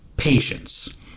Patience